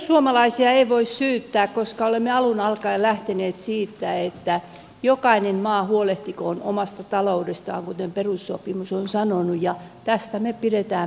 perussuomalaisia ei voi syyttää koska olemme alun alkaen lähteneet siitä että jokainen maa huolehtikoon omasta taloudestaan kuten perussopimus on sanonut ja tästä me pidämme myös kiinni